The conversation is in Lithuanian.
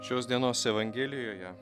šios dienos evangelijoje